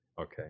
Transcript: Okay